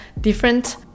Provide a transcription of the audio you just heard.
different